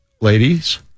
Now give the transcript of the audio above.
ladies